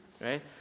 right